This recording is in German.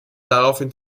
daraufhin